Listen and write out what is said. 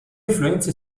influenze